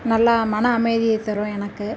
நல்ல மன அமைதியை தரும் எனக்கு